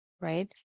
Right